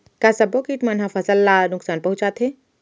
का सब्बो किट मन ह फसल ला नुकसान पहुंचाथे?